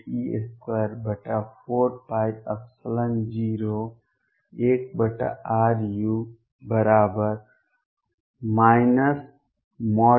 E